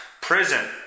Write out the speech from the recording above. prison